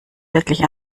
wirklich